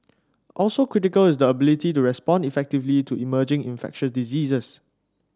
also critical is the ability to respond effectively to emerging infectious diseases